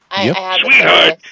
Sweetheart